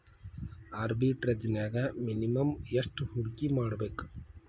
ಆರ್ಬಿಟ್ರೆಜ್ನ್ಯಾಗ್ ಮಿನಿಮಮ್ ಯೆಷ್ಟ್ ಹೂಡ್ಕಿಮಾಡ್ಬೇಕ್?